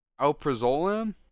alprazolam